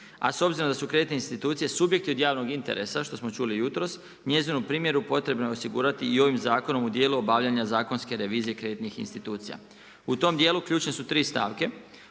A s obzirom da su kreditne institucije subjekt od javnog interesa, što smo čuli jutros, njezinu primjeru potrebno je osigurati i ovim zakonom u dijelu obavljanja zakonske revizije kreditnih institucija. U tom dijelu ključne su 3 stavke,